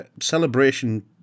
celebration